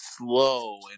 Slow